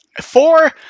four